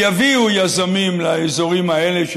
שיביאו יזמים לאזורים האלה,